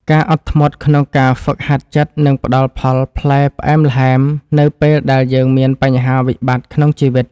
ការអត់ធ្មត់ក្នុងការហ្វឹកហាត់ចិត្តនឹងផ្តល់ផលផ្លែផ្អែមល្ហែមនៅពេលដែលយើងមានបញ្ហាវិបត្តិក្នុងជីវិត។